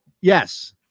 Yes